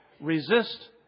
resist